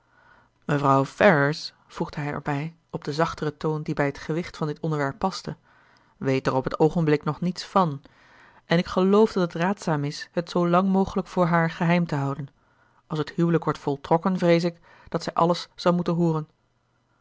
mevrouw ferrars voegde hij erbij op den zachteren toon die bij het gewicht van dit onderwerp paste weet er op het oogenblik nog niets van en ik geloof dat het raadzaam is het zoo lang mogelijk voor haar geheim te houden als het huwelijk wordt voltrokken vrees ik dat zij alles zal moeten hooren